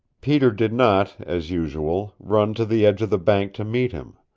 peter did not, as usual, run to the edge of the bank to meet him.